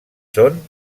són